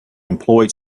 employed